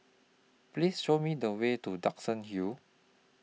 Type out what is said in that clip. Please Show Me The Way to Duxton Hill